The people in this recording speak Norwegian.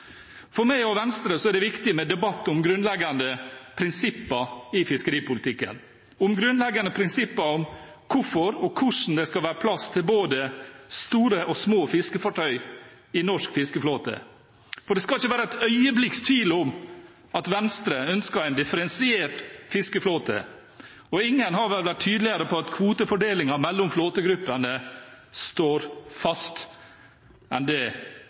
For meg og Venstre er det viktig med debatt om grunnleggende prinsipper i fiskeripolitikken, om grunnleggende prinsipper for hvorfor og hvordan det skal være plass til både store og små fiskefartøy i norsk fiskeflåte. For det skal ikke være et øyeblikks tvil om at Venstre ønsker en differensiert fiskeflåte, og ingen har vel vært mer tydelig på at kvotefordelingen mellom flåtegruppene står fast enn det